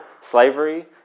slavery